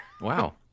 wow